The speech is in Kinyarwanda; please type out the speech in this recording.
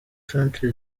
centre